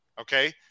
okay